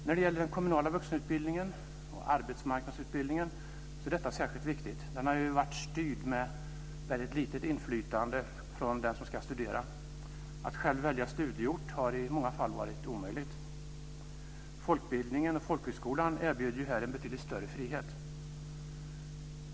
När det gäller den kommunala vuxenutbildningen och arbetsmarknadsutbildningen är detta särskilt viktigt. Den har ju varit styrd med väldigt lite inflytande för den som ska studera. Att själv välja studieort har i många fall varit omöjligt. Folkbildningen och folkhögskolan erbjuder ju här en betydligt större frihet.